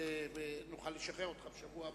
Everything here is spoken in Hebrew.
שנוכל לשחרר אותך בשבוע הבא.